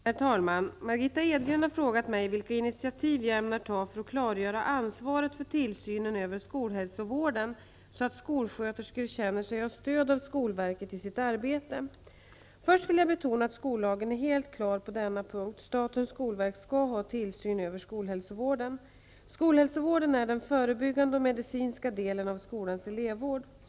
Herr talman! Margitta Edgren har frågat mig vilka initiativ jag ämnar ta för att klargöra ansvaret för tillsynen över skolhälsovården, så att skolsköterskor känner sig ha stöd av skolverket i sitt arbete. Först vill jag betona att skollagen är helt klar på denna punkt. Statens skolverk skall ha tillsyn över skolhälsovården. Skolhälsovården är den förebyggande och medicinska delen av skolans elevvård.